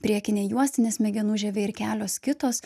priekinė juostinė smegenų žievė ir kelios kitos